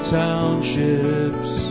townships